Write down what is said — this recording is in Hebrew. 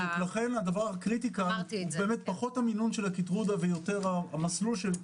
לכן זה פחות המינון ויותר המסלול.